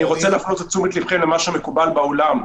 אני רוצה להפנות את תשומת ליבכם למה שמקובל בעולם.